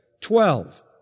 twelve